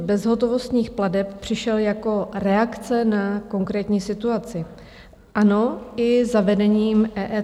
Růst bezhotovostních plateb přišel jako reakce na konkrétní situaci, ano, i zavedením EET.